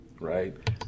right